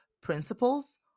principles